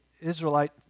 Israelite